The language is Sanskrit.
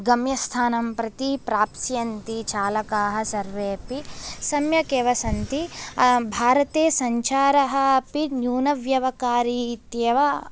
गम्यस्थानं प्रति प्राप्स्यन्ति चालकाः सर्वेऽपि सम्यक् एव सन्ति भारते सञ्चारः अपि न्यूनव्यवकारी इत्येव